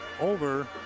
over